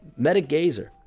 MetaGazer